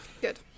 Good